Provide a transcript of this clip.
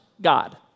God